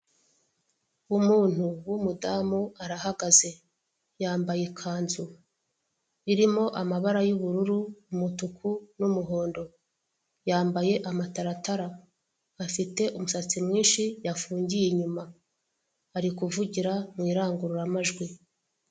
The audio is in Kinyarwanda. Umuntu w'umudamu arahagaze yambaye ikanzu irimo amabara y'uburu umutuku n'umuhondo yambaye amataratara afite umusatsi mwinshi yafungiye inyuma ari kuvugira mwirangurura majwi.